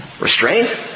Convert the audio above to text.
restraint